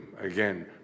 again